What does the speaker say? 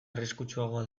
arriskutsuagoa